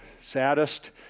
saddest